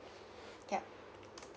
yup